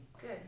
good